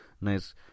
Nice